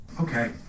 Okay